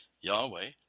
Yahweh